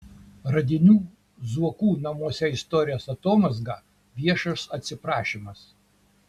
radinių zuokų namuose istorijos atomazga viešas atsiprašymas